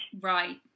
Right